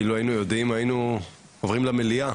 אילו היינו יודעים, היינו עוברים למליאה.